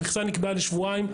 המכסה נקבעה לשבועיים.